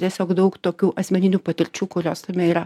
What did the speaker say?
tiesiog daug tokių asmeninių patirčių kurios tame yra